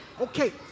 Okay